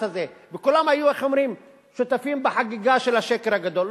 וכולם היו שותפים בחגיגה של השקר הגדול.